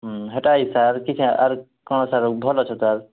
ହୁଁ ହେଟା ଆର୍ କ'ଣ ସାର୍ ଭଲ ଅଛ ତ